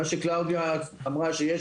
מה שקלאודיה אמרה שיש,